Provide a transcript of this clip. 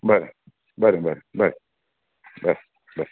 बरें बरें बरें बरें बरें बर